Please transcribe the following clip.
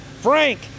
Frank